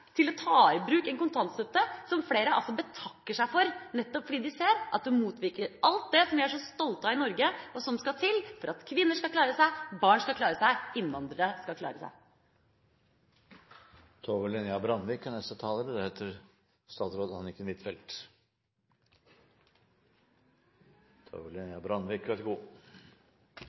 til å ta i bruk en kontantstøtte som flere altså betakker seg for, nettopp fordi de ser at det motvirker alt det som vi er så stolte av i Norge, og som skal til for at kvinner skal klare seg, barn skal klare seg, innvandrere skal klare